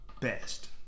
best